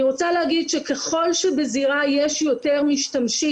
אני רוצה להגיד שככל שבזירה יש יותר משתמשים,